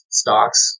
stocks